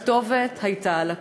שהכתובת הייתה על הקיר.